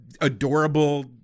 adorable